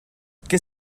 qu’est